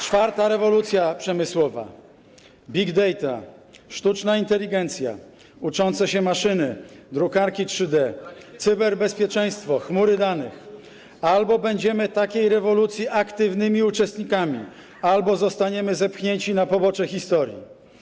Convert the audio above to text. Czwarta rewolucja przemysłowa, big data, sztuczna inteligencja, uczące się maszyny, drukarki 3D, cyberbezpieczeństwo, chmury danych - albo będziemy takiej rewolucji aktywnymi uczestnikami, albo zostaniemy zepchnięci na pobocze historii.